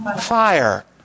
fire